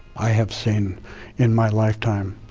i have seen in my lifetime,